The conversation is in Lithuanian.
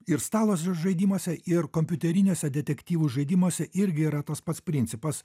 ir stalo žaidimuose ir kompiuteriniuose detektyvų žaidimuose irgi yra tas pats principas